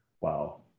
Wow